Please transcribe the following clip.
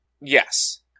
Yes